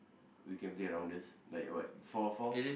we can play around this like what four four